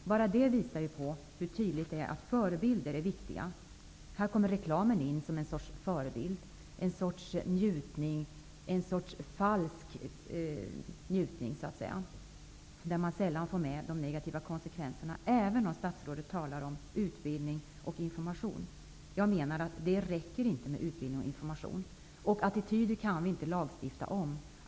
Bara detta faktum visar hur tydligt det är att förebilder är viktiga. Här kommer reklamen in som en sorts förebild och en sorts falsk njutning. Man får sällan med de negativa konsekvenserna, även om statsrådet talar om utbildning och information. Det räcker inte med utbildning och information. Attityder kan vi inte lagstifta om.